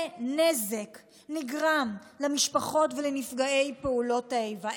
נזק נגרם למשפחות ולנפגעי פעולות האיבה.